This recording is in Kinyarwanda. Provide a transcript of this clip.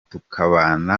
tukabana